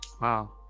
Wow